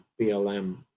BLM